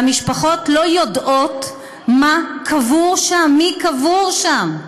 והמשפחות לא יודעות מה קבור שם, מי קבור שם.